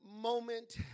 moment